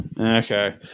Okay